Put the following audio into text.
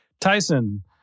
Tyson